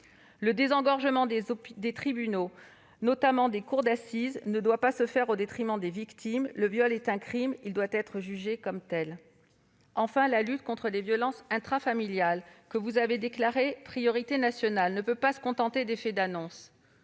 Le désengorgement des tribunaux, notamment des cours d'assises, ne doit pas se faire au détriment des victimes. Le viol est un crime, il doit être jugé comme tel. Enfin, la lutte contre les violences intrafamiliales, que vous avez déclarée priorité nationale, ne peut pas se contenter d'effets d'annonce.